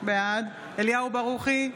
בעד אליהו ברוכי,